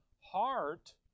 heart